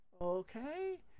okay